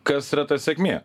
kas yra ta sėkmė